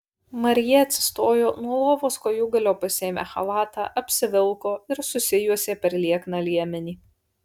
marija atsistojo nuo lovos kojūgalio pasiėmė chalatą apsivilko ir susijuosė per liekną liemenį